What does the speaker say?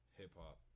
hip-hop